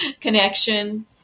connection